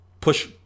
push